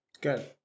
Good